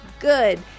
good